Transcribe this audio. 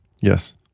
Yes